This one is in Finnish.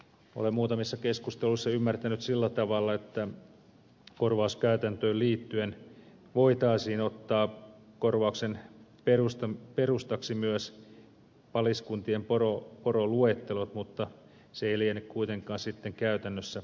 olen muutamissa keskusteluissa ymmärtänyt sillä tavalla että korvauskäytäntöön liittyen voitaisiin ottaa korvauksen perustaksi myös paliskuntien poroluettelot mutta se ei liene kuitenkaan sitten käytännössä realistista